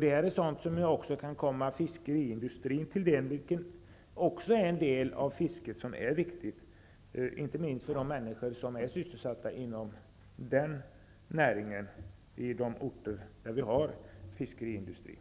Detta kan också komma fiskeriindustrin till del, och även det är en viktig del av fisket, inte minst för de människor som är sysselsatta inom den näringen i de orter där vi har fiskeriindustri.